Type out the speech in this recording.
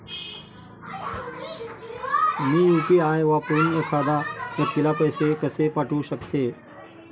मी UPI वापरून एखाद्या व्यक्तीला पैसे कसे पाठवू शकते?